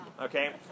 okay